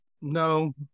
no